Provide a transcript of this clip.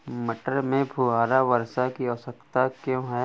मटर में फुहारा वर्षा की आवश्यकता क्यो है?